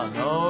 no